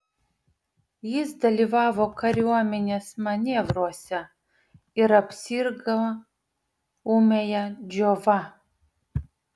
jis dalyvavo kariuomenės manevruose ir apsirgo ūmiąja džiova